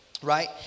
right